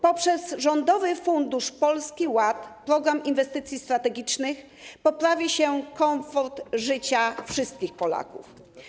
Poprzez Rządowy Fundusz Polski Ład: Program Inwestycji Strategicznych poprawi się komfort życia wszystkich Polaków.